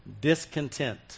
Discontent